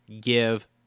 give